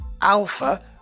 Alpha